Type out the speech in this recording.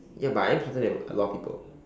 ya but I am smarter than a lot of people